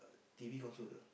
T_V console